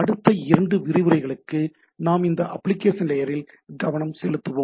அடுத்த இரண்டு விரிவுரைகளுக்கு நாம் இந்த அப்ளிகேஷன் லேயரில் கவனம் செலுத்துவோம்